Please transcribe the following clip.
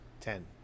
Ten